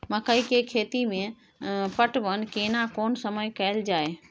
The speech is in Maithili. मकई के खेती मे पटवन केना कोन समय कैल जाय?